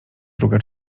druga